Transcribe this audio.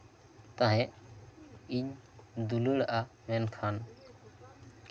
ᱛᱟᱦᱮᱸᱜᱼᱟ ᱤᱧ ᱫᱩᱞᱟᱹᱲᱟ ᱢᱮᱱᱠᱷᱟᱱ